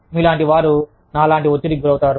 మీలాంటి వారు నా లాంటి ఒత్తిడికి గురవుతారు